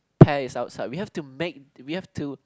pace ourselves we have to make we have to